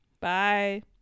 Bye